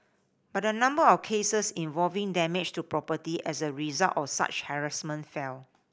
but the number of cases involving damage to property as a result of such harassment fell